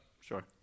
Sure